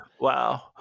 wow